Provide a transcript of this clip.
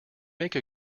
make